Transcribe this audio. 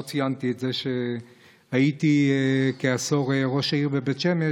לא ציינתי את זה שהייתי כעשור ראש העיר בבית שמש